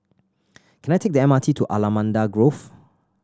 can I take the M R T to Allamanda Grove